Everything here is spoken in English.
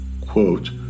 Quote